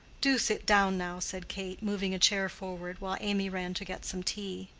do sit down now, said kate, moving a chair forward, while amy ran to get some tea.